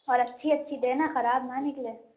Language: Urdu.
اور اچھی اچھی دینا خراب نہ نکلے